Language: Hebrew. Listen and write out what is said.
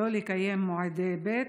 לא לקיים מועדי ב',